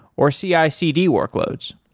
or cicd workloads